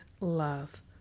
love